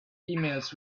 emails